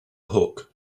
hook